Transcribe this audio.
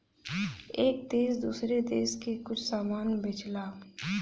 एक देस दूसरे देस के कुछ समान बेचला